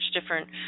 different